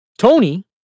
Tony